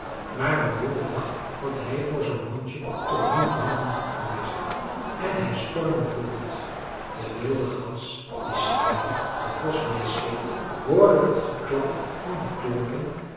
maar de jongen dacht dat hij voor zoo'n hondje toch niet bang hoefde te wezen en hij stormde voort de wilde gans die smirre de vos meesleepte hoorde het geklapper van de klompen